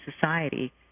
society